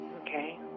Okay